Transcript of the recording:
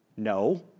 No